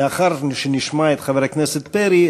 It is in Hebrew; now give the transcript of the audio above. לאחר שנשמע את חבר הכנסת פרי,